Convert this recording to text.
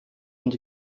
und